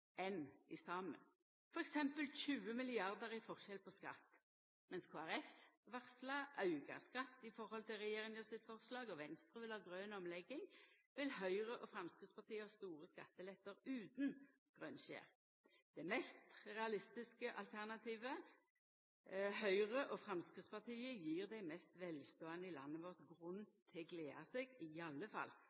enn saman. Det er t.d. 20 mrd. kr i forskjell på skatt. Medan Kristeleg Folkeparti varslar auka skatt i høve til regjeringa sitt forslag, og Venstre vil ha grøn omlegging, vil Høgre og Framstegspartiet ha store skattelettar utan grønskjær. Det mest realistiske regjeringsalternativet, Høgre og Framstegspartiet, gjev dei mest velståande i landet vårt grunn til å gleda seg, i alle fall